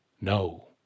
no